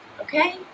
okay